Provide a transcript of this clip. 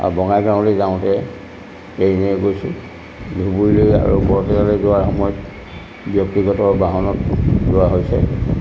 আৰু বঙাইগাঁৱলৈ যাওঁতে ট্ৰেইনেৰে গৈছোঁ ধুবৰীলৈ আৰু বৰপেটালৈ যোৱাৰ সময়ত ব্যক্তিগত বাহনত যোৱা হৈছে